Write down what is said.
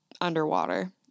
underwater